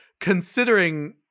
considering